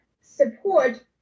support